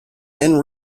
and